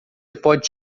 pode